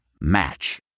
Match